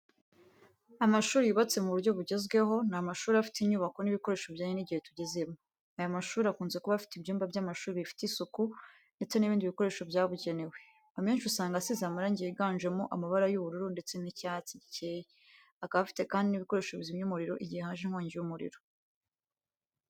Amashuri yubatse mu buryo bugezweho ni amashuri afite inyubako n'ibikoresho bijyanye n’igihe tugezemo. Aya mashuri akunze kuba afite ibyumba by’amashuri bifite isuku, ndetse n'ibindii bikoresho byabugenewe. Amenshi usanga asize amarangi yiganjemo amabara y'ubururu ndetse n'icyatsi gikeye, akaba afite kandi n'ibikoresho bizimya umuriro igihe haje inkongi y'umuriro.